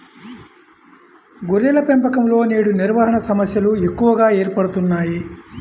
గొర్రెల పెంపకంలో నేడు నిర్వహణ సమస్యలు ఎక్కువగా ఏర్పడుతున్నాయి